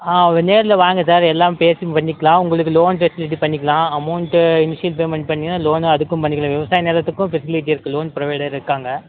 ஆ ஒரு நேரில் வாங்க சார் நம்ம எல்லாம் பேசி பண்ணிக்கலாம் உங்களுக்கு லோன் ஃபெசிலிட்டி பண்ணிக்கலாம் அமௌண்ட் இனிஷியல் பேமெண்ட் பண்ணிங்கன்னால் லோன் அதுக்கும் பண்ணிக்கலாம் விவசாய நிலத்துக்கும் ஃபெசிலிட்டி இருக்குது லோன் ப்ரோவைடர் இருக்காங்க